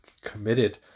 committed